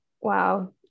wow